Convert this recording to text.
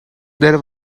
there